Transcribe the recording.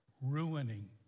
ruining